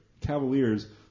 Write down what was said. Cavaliers